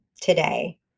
today